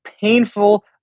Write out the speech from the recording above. painful